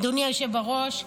אדוני היושב בראש,